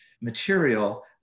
material